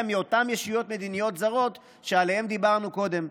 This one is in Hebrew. מאותן ישויות מדיניות זרות שעליהן דיברנו קודם.